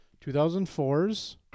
2004's